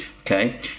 Okay